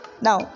Now